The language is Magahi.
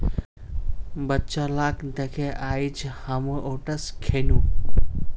बच्चा लाक दखे आइज हामो ओट्स खैनु